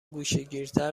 گوشهگیرتر